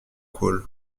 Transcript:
cole